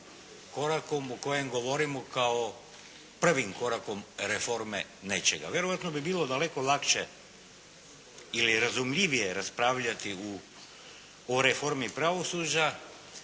korakom u kojem govorimo kao prvim korakom reforme nečega. Vjerojatno bi bilo daleko lakše ili razumljivije raspravljati u, o reformi pravosuđa